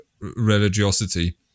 religiosity